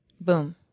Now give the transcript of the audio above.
Boom